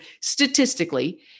statistically